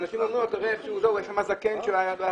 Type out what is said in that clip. אנשים אומרים לפקח: יש כאן זקן שלא יכול להגיע